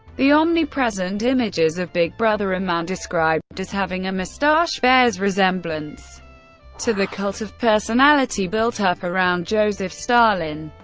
the omnipresent images of big brother, a man described as having a moustache, bears resemblance to the cult of personality built up around joseph stalin.